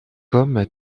comme